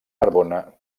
narbona